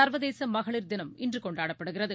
சர்வதேசமகளிர் தினம் இன்றுகொண்டாடப்படுகிறது